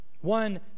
One